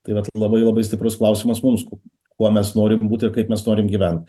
tai vat labai labai stiprus klausimas mums kuo mes norim būt ir kaip mes norim gyven